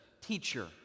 teacher